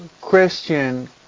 Christian